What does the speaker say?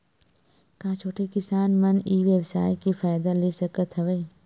का छोटे किसान मन ई व्यवसाय के फ़ायदा ले सकत हवय?